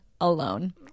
alone